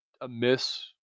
amiss